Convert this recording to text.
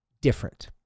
different